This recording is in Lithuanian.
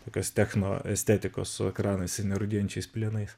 tokios technoestetikos su ekranais ir nerūdijančiais plienais